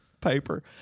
paper